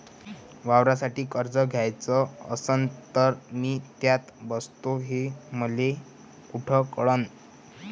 वावरासाठी कर्ज घ्याचं असन तर मी त्यात बसतो हे मले कुठ कळन?